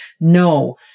No